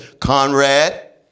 Conrad